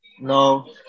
No